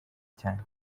cyane